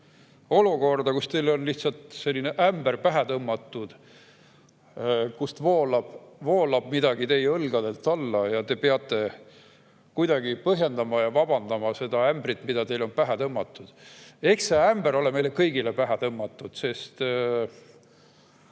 olukorda, kus teile on lihtsalt ämber pähe tõmmatud. Midagi voolab [ämbrist] teie õlgadelt alla ja te peate kuidagi põhjendama ja vabandama seda ämbrit, mida teile on pähe tõmmatud. Eks see ämber ole meile kõigile pähe tõmmatud.